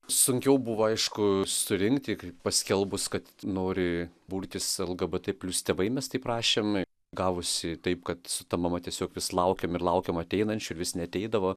sunkiau buvo aišku surinkti kai paskelbus kad nori burtis lgbt plius tėvai mes tai rašėm gavosi taip kad su ta mama tiesiog vis laukėm ir laukėm ateinančių vis neateidavo